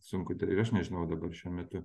sunku ir aš nežinau dabar šiuo metu